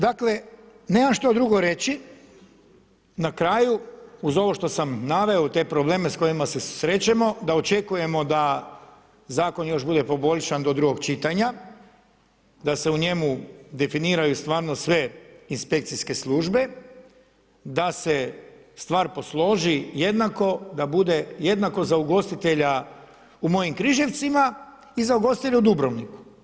Dakle nemam što drugo reći, na kraju uz ovo što sam naveo u te probleme s kojima se susrećemo da očekujemo da zakon još bude poboljšan do drugog čitanja, da se u njemu definiraju stvarno sve inspekcijske službe, da se stvar posloži jednako, da bude jednako za ugostitelja u mojim Križevcima i za ugostitelje u Dubrovniku.